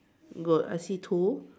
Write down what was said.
good I see two